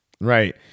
right